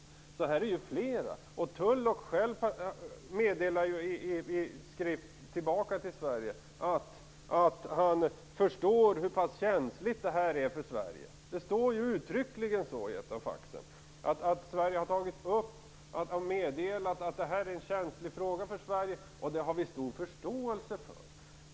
Tulloch meddelar själv i skrift att han förstår hur känsligt detta är för Sverige. Det står uttryckligt i ett faxmeddelande att Sverige har meddelat att det här är en känslig fråga för Sverige och att man har stor förståelse för det.